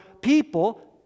people